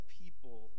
people